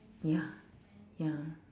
ya ya